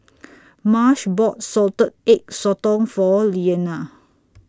Marsh bought Salted Egg Sotong For Iyana